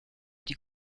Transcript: die